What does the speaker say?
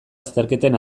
azterketen